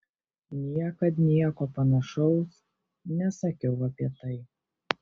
niekad nieko panašaus nesakiau apie tai